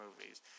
movies